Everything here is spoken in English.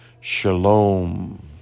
Shalom